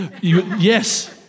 Yes